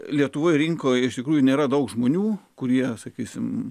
lietuvoje rinkoje iš tikrųjų nėra daug žmonių kurie sakysime